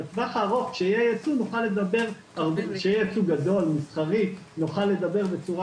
כשיהיה ייצוא גדול ומסחרי נוכל לדבר בצורה